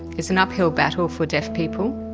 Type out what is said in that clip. it's an uphill battle for deaf people,